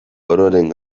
ororen